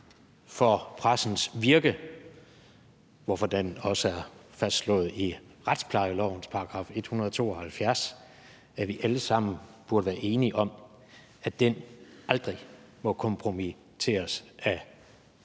for pressens virke – hvorfor den også er fastslået i retsplejelovens § 172 – at vi alle sammen burde være enige om, at den aldrig må kompromitteres af